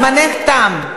זמנך תם.